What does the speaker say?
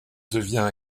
devient